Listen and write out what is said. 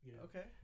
Okay